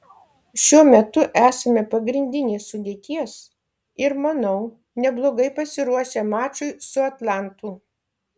šiuo metu esame pagrindinės sudėties ir manau neblogai pasiruošę mačui su atlantu